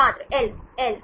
छात्र L L